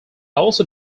also